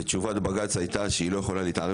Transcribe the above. תשובת בג"ץ הייתה שהוא לא יכול להתערב